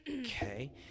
okay